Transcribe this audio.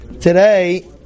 Today